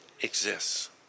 exists